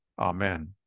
Amen